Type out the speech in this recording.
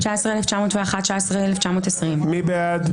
19,901 עד 19,920. מי בעד?